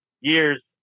years